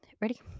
ready